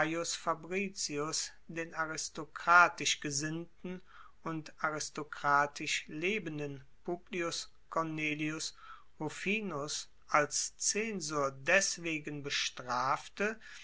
fabricius den aristokratisch gesinnten und aristokratisch lebenden publius cornelius rufinus als zensor deswegen bestrafte